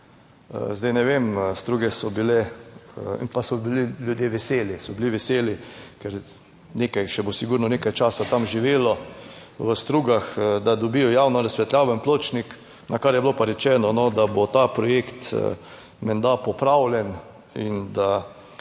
Zdaj, ne vem, struge so bile, pa so bili ljudje veseli, so bili veseli, ker nekaj še bo sigurno nekaj časa tam živelo v strugah, da dobijo javno razsvetljavo in pločnik, na kar je bilo pa rečeno, da bo ta projekt menda popravljen in da